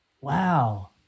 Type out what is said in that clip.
wow